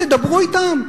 תדברו אתם.